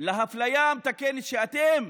של האפליה שאתם